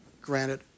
granted